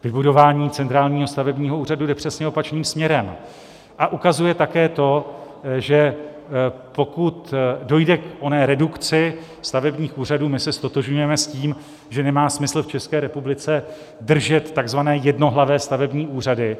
Vybudování centrálního stavebního úřadu jde přesně opačným směrem a ukazuje také to, že pokud dojde k oné redukci stavebních úřadů, my se ztotožňujeme s tím, že nemá smysl v České republice držet takzvané jednohlavé stavební úřady.